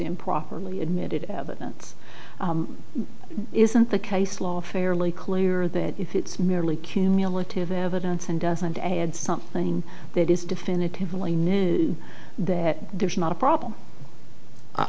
improperly admitted evidence isn't the case law fairly clear that it's merely cumulative evidence and doesn't and something that is definitively know that there's not a problem i